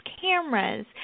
cameras